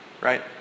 right